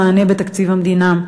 מענה בתקציב המדינה.